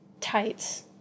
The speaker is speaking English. tights